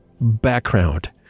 background